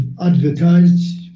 advertised